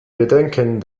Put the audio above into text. bedenken